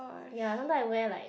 ya sometime I wear like